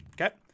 Okay